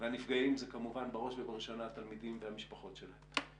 והנפגעים זה כמובן בראש ובראשונה התלמידים והמשפחות שלהם.